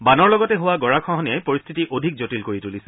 বানৰ লগতে হোৱা গৰাখহনীয়াই পৰিস্থিতি অধিক জটিল কৰি তুলিছে